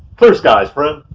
clear skies friend!